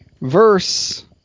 Verse